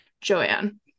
Joanne